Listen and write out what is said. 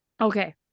Okay